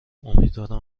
امیدوارم